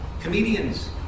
Comedians